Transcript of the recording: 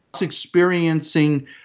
experiencing